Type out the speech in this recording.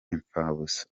impfabusa